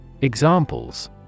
Examples